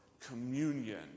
communion